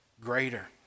greater